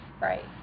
right